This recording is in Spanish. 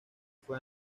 fue